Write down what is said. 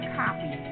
copy